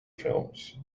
films